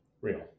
real